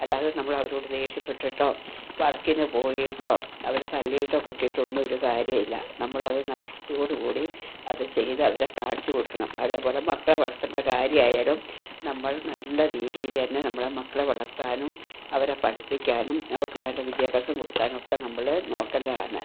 അല്ലാതെ നമ്മൾ അവരോട് ദേഷ്യപ്പെട്ടിട്ടോ വഴക്കിനു പോയിട്ടോ അവരെ തല്ലിയിട്ടോ കുത്തിയിട്ടോ ഒന്നും ഒരു കാര്യവുമില്ല നമ്മൾ അത് നല്ല വൃത്തിയോടുകൂടി അതു ചെയ്ത് അവരെ കാണിച്ചു കൊടുക്കണം അതേപോലെ മക്കളെ വളർത്തേണ്ട കാര്യം ആയാലും നമ്മൾ നല്ല രീതിയിൽ തന്നെ നമ്മളെ മക്കളെ വളർത്താനും അവരെ പഠിപ്പിക്കാനും അവർക്ക് വേണ്ട വിദ്യാഭ്യാസം കൊടുക്കാനും ഒക്കെ നമ്മൾ നോക്കേണ്ടതാണ്